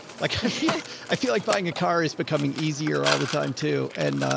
like i feel like buying a car is becoming easier all the time too. and, ah.